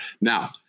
Now